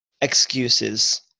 excuses